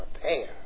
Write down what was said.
prepare